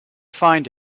find